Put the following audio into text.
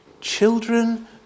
children